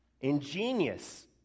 ingenious